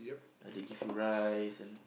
they give you rice and